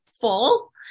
full